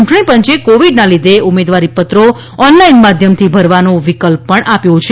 ચૂંટણી પંચે કોવિડના લીધે ઉમેદવારીપત્રો ઓનલાઇન માધ્યમથી ભરવાનો વિકલ્પ આપ્યો છે